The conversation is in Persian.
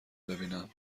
ببینم